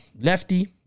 Lefty